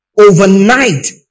Overnight